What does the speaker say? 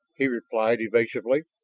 he replied evasively.